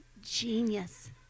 genius